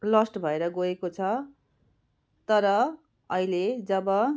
lost भएर गएको छ तर अहिले जब